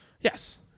Yes